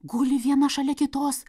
guli viena šalia kitos